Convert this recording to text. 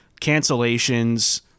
Cancellations